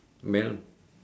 melt